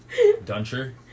Duncher